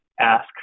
ask